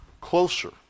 closer